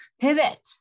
pivot